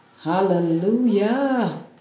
Hallelujah